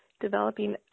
developing